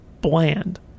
bland